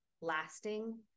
lasting